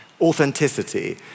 Authenticity